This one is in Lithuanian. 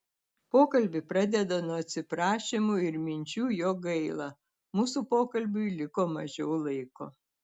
pokalbį pradeda nuo atsiprašymų ir minčių jog gaila mūsų pokalbiui liko mažiau laiko